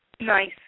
Nice